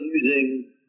using